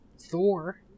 Thor